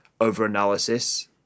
over-analysis